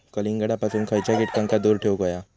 कलिंगडापासून खयच्या कीटकांका दूर ठेवूक व्हया?